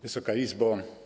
Wysoka Izbo!